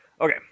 Okay